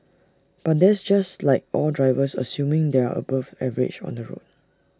but that's just like all drivers assuming they are above average on the road